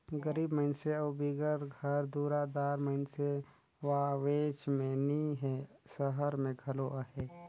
गरीब मइनसे अउ बिगर घर दुरा दार मइनसे गाँवेच में नी हें, सहर में घलो अहें